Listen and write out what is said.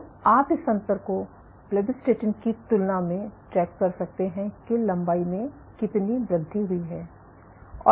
तो आप इस अंतर को ब्लेबिस्टैटिन की तुलना में ट्रैक कर सकते हैं कि लंबाई में कितनी वृद्धि हुई है